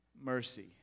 Mercy